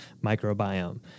microbiome